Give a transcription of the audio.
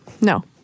no